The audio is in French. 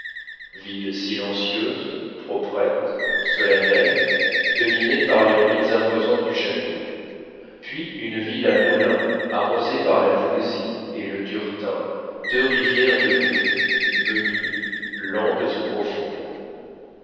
ville silencieuse proprette solennelle dominée par les ruines imposantes du château puis une ville à moulins arrosée par la voulzie et le durtain deux rivières de brie menues lentes et profondes